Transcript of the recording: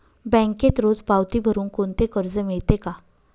बँकेत रोज पावती भरुन कोणते कर्ज मिळते का?